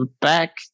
back